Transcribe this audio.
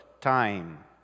time